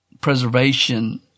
preservation